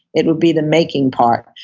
it will be the making part.